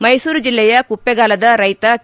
ಮೈಸೂರು ಜಿಲ್ಲೆಯ ಕುಪ್ಪೆಗಾಲದ ರೈತ ಕೆ